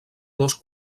dos